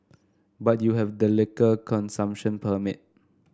but you have a liquor consumption permit